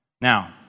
Now